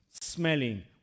smelling